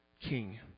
King